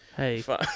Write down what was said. Hey